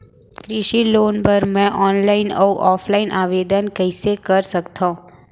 कृषि लोन बर मैं ऑनलाइन अऊ ऑफलाइन आवेदन कइसे कर सकथव?